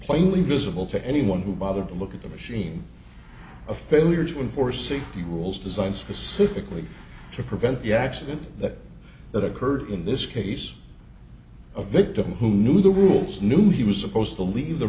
plainly visible to anyone who bothered to look at the machine a failure to enforcing the rules designed specifically to prevent the accident that that occurred in this case a victim who knew the rules knew he was supposed to leave the